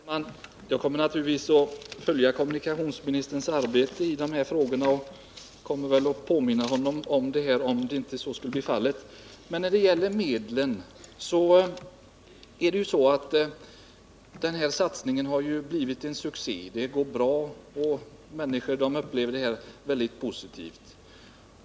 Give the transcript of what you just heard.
Herr talman! Jag kommer naturligtvis att följa kommunikationsministerns arbete med de här frågorna, och jag kommer väl också att påminna honom om dem om det skulle behövas. När det gäller medlen har ju lågprissatsningen blivit en succé, och människor upplever den mycket positivt.